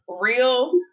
real